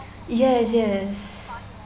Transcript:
yes yes